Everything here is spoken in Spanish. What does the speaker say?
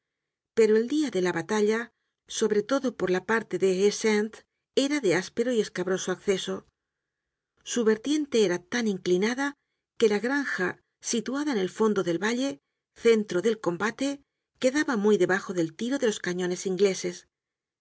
pero el dia de la batalla sobre todo por la parte de la haie sainte era de áspero y escabroso acceso su vertiente era tan inclinada que la granja situada en el fondo del valle centro del combate quedaba muy debajo del tiro de los cañones ingleses